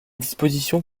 dispositions